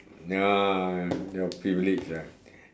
now you all privilege ah